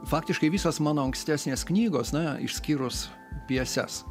faktiškai visos mano ankstesnės knygos na išskyrus pjeses